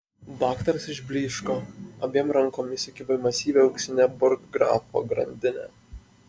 daktaras išblyško abiem rankom įsikibo į masyvią auksinę burggrafo grandinę